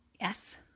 Yes